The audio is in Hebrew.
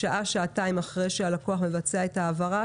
שעה-שעתיים אחרי שהלקוח מבצע את ההעברה,